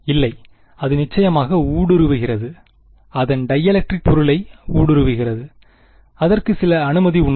இல்லை அது நிச்சயமாக ஊடுருவுகிறது அதன் டைஎலெக்ட்ரிக் பொருளை ஊடுருவுகிறது அதற்கு சில அனுமதி உண்டு